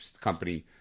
company